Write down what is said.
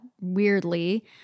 weirdly